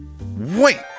Wait